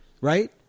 right